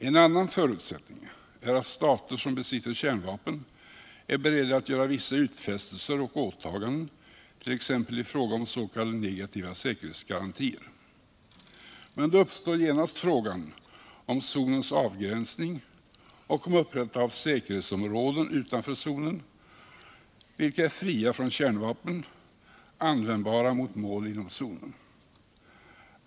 En annan förutsättning är att stater som besitter kärnvapen är beredda att göra vissa utfästelser och åtaganden, t.ex. i fråga om s.k. negativa säkerhetsgarantier. Men då uppstår genast frågan om zonens avgränsning och om upprättandet av säkerhetsområden utanför zonen, vilka är fria från kärnvapen användbara mot mål inom zonen.